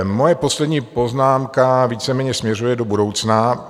Moje poslední poznámka víceméně směřuje do budoucna.